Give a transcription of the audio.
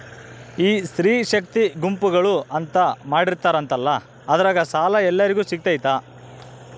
ಈ ಸ್ತ್ರೇ ಶಕ್ತಿ ಗುಂಪುಗಳು ಅಂತ ಮಾಡಿರ್ತಾರಂತಲ ಅದ್ರಾಗ ಸಾಲ ಎಲ್ಲರಿಗೂ ಸಿಗತೈತಾ?